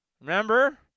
Remember